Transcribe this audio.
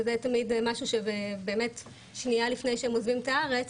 וזה תמיד משהו שהם באמת שנייה לפני שעוזבים את הארץ,